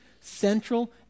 central